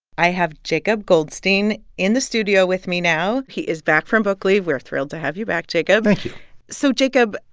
i have jacob goldstein in the studio with me now. he is back from book leave. we are thrilled to have you back, jacob thank you so, jacob,